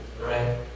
Right